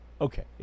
Okay